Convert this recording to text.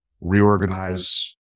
reorganize